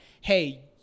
hey